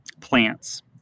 plants